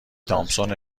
تامسون